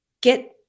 get